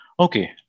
Okay